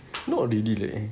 not really leh